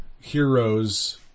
heroes